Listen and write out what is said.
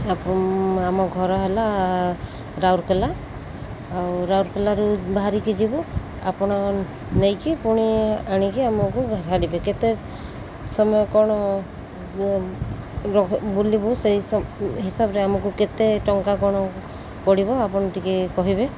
ଆପ ଆମ ଘର ହେଲା ରାଉରକେଲା ଆଉ ରାଉରକେଲାରୁ ବାହାରିକି ଯିବୁ ଆପଣ ନେଇକି ପୁଣି ଆଣିକି ଆମକୁ ଛାଡ଼ିବେ କେତେ ସମୟ କଣ ବୁ ବୁଲିବୁ ସେଇ ହିସାବରେ ଆମକୁ କେତେ ଟଙ୍କା କଣ ପଡ଼ିବ ଆପଣ ଟିକେ କହିବେ